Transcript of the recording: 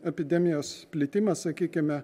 epidemijos plitimą sakykime